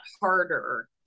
harder